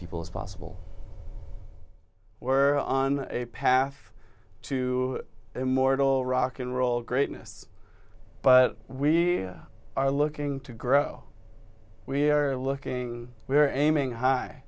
people as possible or on a path to immortal rock n roll greatness but we are looking to grow we are looking we are aiming high